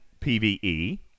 PvE